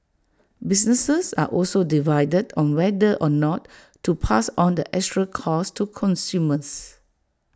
businesses are also divided on whether or not to pass on the extra costs to consumers